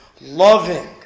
loving